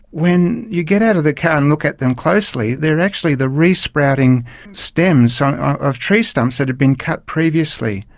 when you get out of the car and look at them closely, they are actually in the re-sprouting stems of tree stumps that had been cut previously.